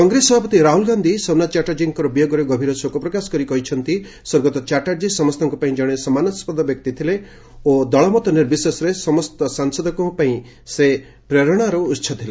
କଂଗ୍ରେସ ସଭାପତି ରାହୁଲ୍ ଗାନ୍ଧି ସୋମନାଥ ଚାଟ୍ଟାର୍ଜୀଙ୍କ ବିୟୋଗରେ ଗଭୀର ଶୋକ ପ୍ରକାଶ କରି କହିଛନ୍ତି ସ୍ୱର୍ଗତ ଚାଟ୍ଟାର୍ଜୀ ସମସ୍ତଙ୍କ ପାଇଁ ଜଣେ ସମ୍ମାନାସ୍କଦ ବ୍ୟକ୍ତି ଥିଲେ ଓ ଦଳ ମତ ନିର୍ବିଶେଷରେ ସମସ୍ତ ସାଂସଦଙ୍କ ପାଇଁ ସେ ପ୍ରେରଣାର ଉହ ଥିଲେ